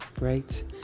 right